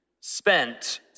spent